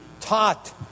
taught